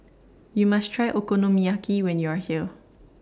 YOU must Try Okonomiyaki when YOU Are here